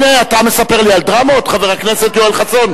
אתה מספר לי על דרמות, חבר הכנסת יואל חסון?